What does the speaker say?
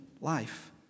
life